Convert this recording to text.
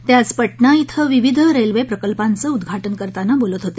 ते आज पटना इथं विविध रेल्वे प्रकल्पांच उदघाटन करताना बोलत होते